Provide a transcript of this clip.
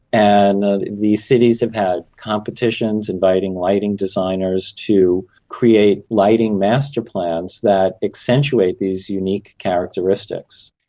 and these cities have had competitions inviting lighting designers to create lighting master plans that accentuate these unique characteristics.